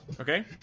Okay